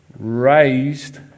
Raised